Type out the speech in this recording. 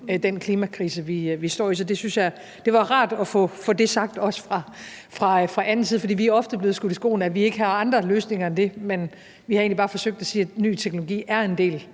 den klimakrise, vi står i, så det var rart at få det sagt, også fra anden side. For vi er ofte blevet skudt i skoene, at vi ikke har andre løsninger end det, men vi har egentlig bare forsøgt at sige, at ny teknologi er en del